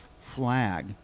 flag